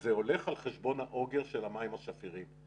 וזה הולך על חשבון האוגר של המים השפירים.